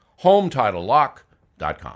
HomeTitleLock.com